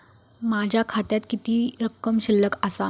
माझ्या खात्यात किती रक्कम शिल्लक आसा?